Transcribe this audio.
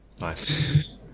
Nice